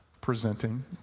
presenting